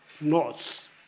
notes